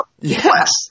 yes